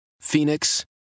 Phoenix